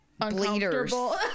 uncomfortable